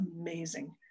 amazing